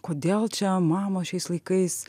kodėl čia mamos šiais laikais